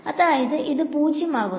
അതായത് ഇത് പൂജ്യം ആകുന്നു